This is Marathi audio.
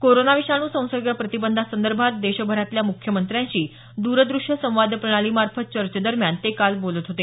कोरोना विषाणू संसर्ग प्रतिबंधासंदर्भात देशभरातल्या मुख्यमंत्र्यांशी द्रदृष्य संवाद प्रणालीमार्फत चर्चेदरम्यान ते काल बोलत होते